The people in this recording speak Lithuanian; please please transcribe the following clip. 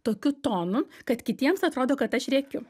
tokiu tonu kad kitiems atrodo kad aš rėkiu